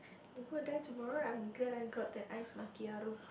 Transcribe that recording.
I'm going to die tomorrow I'm glad I got that ice macchiato